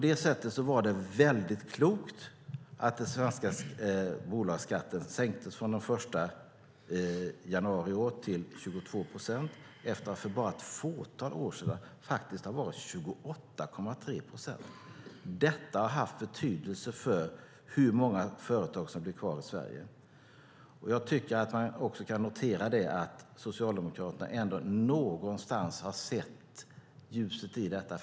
Därför var det mycket klokt att den svenska bolagsskatten sänktes den 1 januari i år till 22 procent efter att för bara ett fåtal år sedan ha varit 28,3 procent. Det har haft betydelse för hur många företag som blir kvar i Sverige. Jag tycker att man också kan notera att Socialdemokraterna någonstans har sett ljuset i detta.